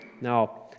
Now